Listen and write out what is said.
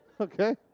okay